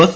S